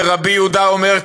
אומר: "רבי יהודה אומר,